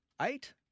Eight